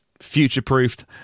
future-proofed